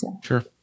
Sure